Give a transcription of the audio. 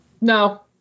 No